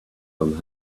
from